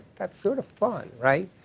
that's sort of fun, right?